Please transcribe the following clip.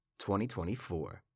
2024